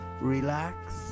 relax